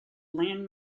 land